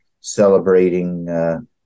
celebrating